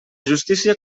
justícia